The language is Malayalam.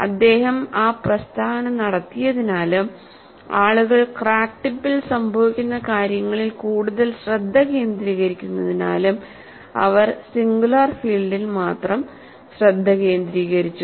അദ്ദേഹം ആ പ്രസ്താവന നടത്തിയതിനാലും ആളുകൾ ക്രാക്ക് ടിപ്പിൽ സംഭവിക്കുന്ന കാര്യങ്ങളിൽ കൂടുതൽ ശ്രദ്ധ കേന്ദ്രീകരിക്കുന്നതിനാലും അവർ സിംഗുലർ ഫീൽഡിൽ മാത്രം ശ്രദ്ധ കേന്ദ്രീകരിച്ചു